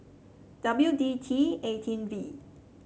W D T eighteen V